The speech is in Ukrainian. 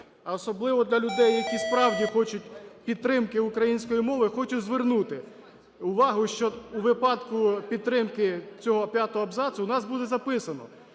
а особливо для людей, які справді хочуть підтримки української мови. Я хочу звернути увагу, що у випадку підтримки цього п'ятого абзацу, у нас буде записано,